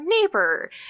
neighbor